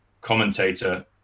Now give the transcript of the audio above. commentator